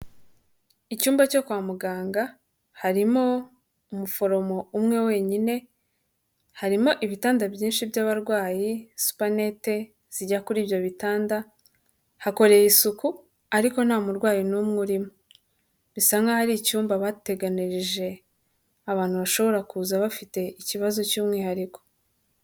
Icyumba cyo kwa muganga harimo umuforomo umwe wenyine harimo ibitanda byinshi by'abarwayi supanete zijya kuri ibyo bitanda hakorewe isuku ariko nta murwayi n'umwe urimo, bisa nk'aho ari icyumba bateganirije abantu bashobora kuza bafite ikibazo cy'umwihariko.